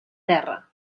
terra